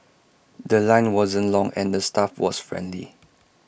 The Line wasn't long and the staff was friendly